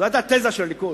זו היתה התזה של הליכוד,